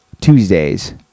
Tuesdays